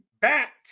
back